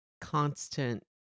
constant